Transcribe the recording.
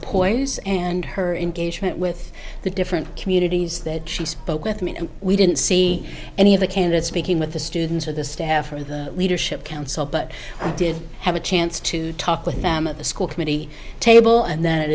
poise and her engagement with the different communities that she spoke with me and we didn't see any of the candidates speaking with the students or the staff or the leadership council but i did have a chance to talk with them at the school committee table and then